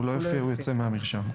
הוא ייצא מהמרשם.